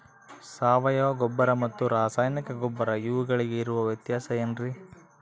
ಸಾವಯವ ಗೊಬ್ಬರ ಮತ್ತು ರಾಸಾಯನಿಕ ಗೊಬ್ಬರ ಇವುಗಳಿಗೆ ಇರುವ ವ್ಯತ್ಯಾಸ ಏನ್ರಿ?